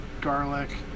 garlic